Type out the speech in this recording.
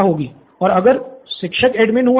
professor Bala और अगर शिक्षक एडमिन हुआ तो